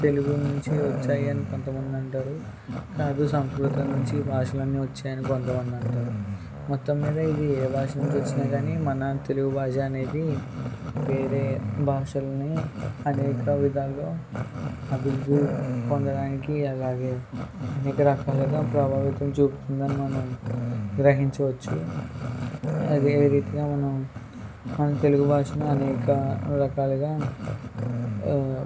తెలుగు నుంచి వచ్చాయని కొంతమంది అంటారు కాదు సంస్కృతం నుంచి ఈ భాషలన్నీ వచ్చాయి అని కొంతమంది అంటారు మొత్తం మీద ఇది ఏ భాష నుంచి వచ్చినా కానీ మన తెలుగు భాష అనేది వేరే భాషల్ని అనేక విధాలు అభివృద్ధి పొందడానికి అలాగే అనేక రకాలుగా ప్రభావితం చూపుతుందని మనం గ్రహించవచ్చు అదే రీతిగా మనం మనం తెలుగు భాషను అనేక రకాలుగా